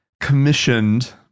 commissioned